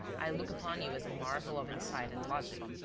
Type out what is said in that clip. i look upon you as a marvel of insight and logic.